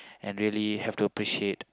and really have to appreciate